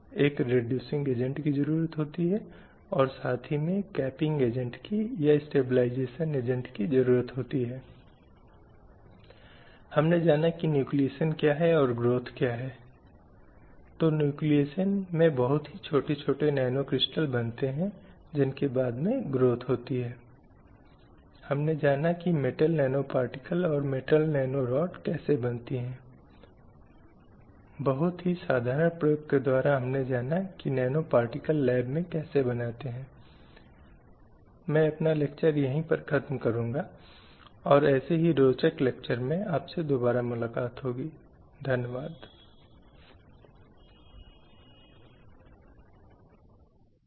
इसलिए एक बार जब हम समाज में महिलाओं की स्थिति के संबंध में पृष्ठभूमि को समझ गए हैं तो हम इस संबंध में आगे बढ़ सकते हैं कि फिलहाल समाज में महिलाओं की मौजूदा स्थिति और अधिकार क्या हैं इसलिए हम अगले व्याख्यान में इसे जारी रखेंगे